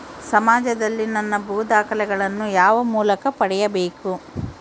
ಸಮಾಜದಲ್ಲಿ ನನ್ನ ಭೂ ದಾಖಲೆಗಳನ್ನು ಯಾವ ಮೂಲಕ ಪಡೆಯಬೇಕು?